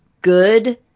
good